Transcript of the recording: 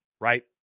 right